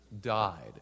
died